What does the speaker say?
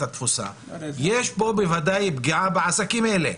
התפוסה - בוודאי שיש כאן פגיעה בעסקים האלה.